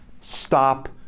stop